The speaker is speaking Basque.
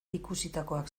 ikusitakoak